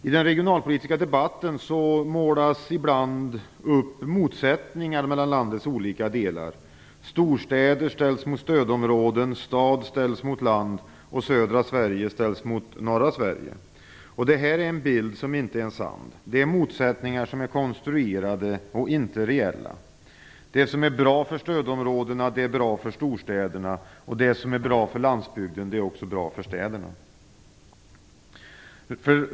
I den regionalpolitiska debatten målas ibland upp motsättningar mellan landets olika delar. Storstäder ställs mot stödområden, stad ställs mot land och södra Sverige ställs mot norra Sverige. Det här är en bild som inte är sann. Det är motsättningar som är konstruerade och inte reella. Det som är bra för stödområdena är bra för storstäderna, och det som är bra för landsbygden är också bra för städerna.